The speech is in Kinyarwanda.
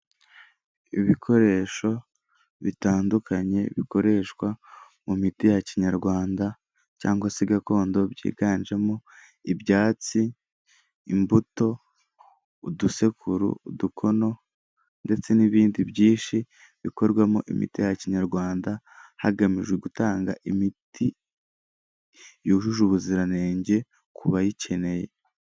Ibikoresho bitandukanye bikoreshwa mu miti ya kinyarwanda cyangwa se gakondo byiganjemo: ibyatsi, imbuto, udusekuru ,udukono ndetse, n'ibindi byinshi bikorwamo imiti ya kinyarwanda hagamijwe gutanga imiti yujuje ubuziranenge ku bayikeneye.